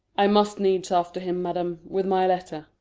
i must needs after him, madam, with my letter.